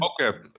Okay